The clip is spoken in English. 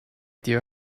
dear